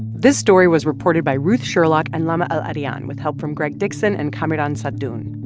this story was reported by ruth sherlock and lama al-arian, with help from greg dixon and kamiran sadoun.